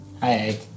Hi